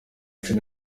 cumi